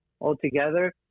altogether